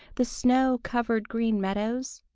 the snow-covered green meadows,